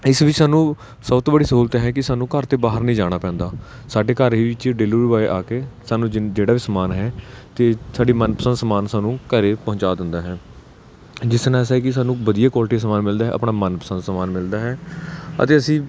ਇਸ ਵੀ ਸਾਨੂੰ ਸਭ ਤੋਂ ਬੜੀ ਸਹੂਲਤ ਹੈ ਕਿ ਸਾਨੂੰ ਘਰ ਤੋਂ ਬਾਹਰ ਨਹੀਂ ਜਾਣਾ ਪੈਂਦਾ ਸਾਡੇ ਘਰ ਵਿੱਚ ਡਿਲੀਵਰੀ ਬੁਆਏ ਆ ਕੇ ਸਾਨੂੰ ਜਿਨ ਜਿਹੜਾ ਵੀ ਸਮਾਨ ਹੈ ਅਤੇ ਸਾਡੀ ਮਨਪਸੰਦ ਸਮਾਨ ਸਾਨੂੰ ਘਰ ਪਹੁੰਚਾ ਦਿੰਦਾ ਹੈ ਜਿਸ ਨਾਲ ਹੈ ਕਿ ਸਾਨੂੰ ਵਧੀਆ ਕੁਆਲਟੀ ਸਮਾਨ ਮਿਲਦਾ ਹੈ ਆਪਣਾ ਮਨਪਸੰਦ ਸਮਾਨ ਮਿਲਦਾ ਹੈ ਅਤੇ ਅਸੀਂ